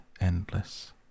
endless